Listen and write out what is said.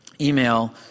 email